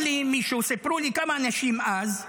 סיפרו לי כמה אנשים אז,